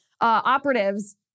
operatives